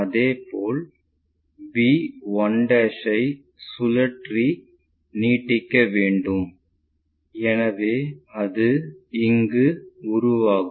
அதேபோல் b 1 ஐ சுழற்றி நீட்டிக்க வேண்டும் எனவே அது இங்கு உருவாகும்